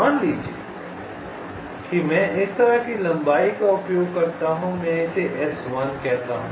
मान लीजिए कि मैं इस तरह की लंबाई का उपयोग करता हूं मैं इसे S1 कहता हूं